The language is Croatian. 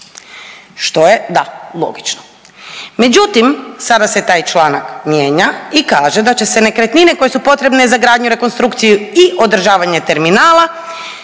što je da, logično. Međutim, sada se taj mijenja i kaže da će se nekretnine koje su potrebne za gradnju, rekonstrukciju i održavanje terminala